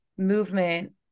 movement